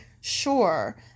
sure